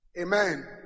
Amen